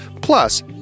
Plus